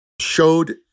showed